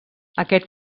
aquest